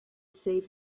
save